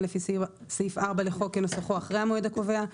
לפי סעיף 4 לחוק כנוסחו אחרי המועד הקובע,